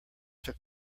took